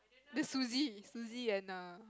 the Suzy Suzy and err